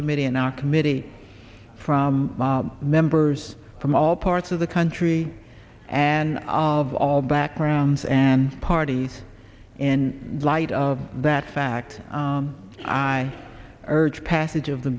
committee and our committee from bob members from all parts of the country and of all backgrounds and parties in light of that fact i urge passage of the